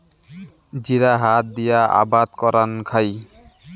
জিরা হাত দিয়া আবাদ করাং খাই